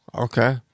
Okay